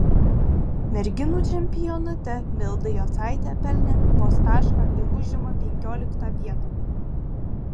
merginų čempionate milda jocaitė pelnė vos tašką ir užima penkioliktą vietą